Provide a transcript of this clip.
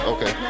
Okay